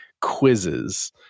quizzes